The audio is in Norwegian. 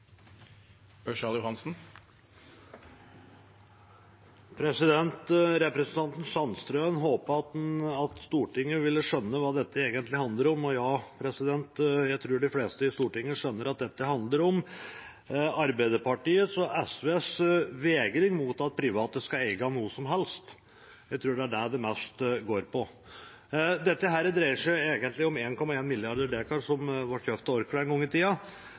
Representanten Sandtrøen håpet at Stortinget ville skjønne hva dette egentlig handler om. Jeg tror de fleste i Stortinget skjønner at dette handler om Arbeiderpartiet og SVs vegring for at private skal eie noe som helst. Jeg tror det er mest det det går på. Dette dreier seg om 1,1 mrd. dekar som ble kjøpt av Orkla en gang i tida, som